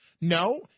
No